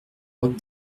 robe